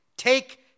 Take